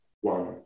one